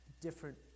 different